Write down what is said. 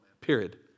period